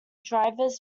drivers